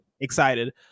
excited